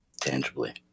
tangibly